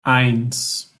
eins